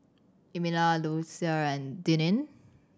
Emilia Lucia and Denine